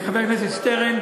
חבר הכנסת שטרן,